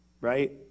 right